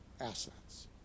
assets